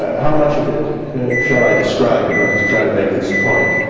how much of it shall i describe in order to try to make this point.